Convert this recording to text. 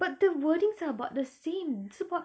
but the wordings are about the same it's about